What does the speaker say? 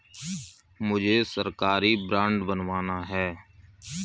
मुझे सरकारी बॉन्ड बनवाना है